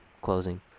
closing